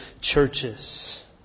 churches